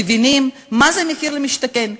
מבינים מה זה מחיר למשתכן.